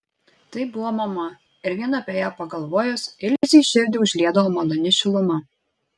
tai buvo mama ir vien apie ją pagalvojus ilzei širdį užliedavo maloni šiluma